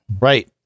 Right